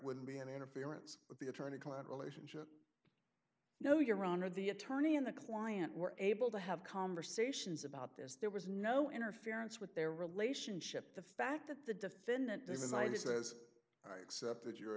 would be an interference with the attorney client relationship no your honor the attorney and the client were able to have conversations about this there was no interference with their relationship the fact that the defendant this is either says i accept